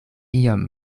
iom